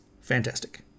Fantastic